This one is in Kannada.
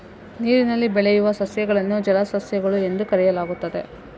ನೀರಿನಲ್ಲಿ ಬೆಳೆಯುವ ಸಸ್ಯಗಳನ್ನು ಜಲಸಸ್ಯಗಳು ಎಂದು ಕರೆಯಲಾಗುತ್ತದೆ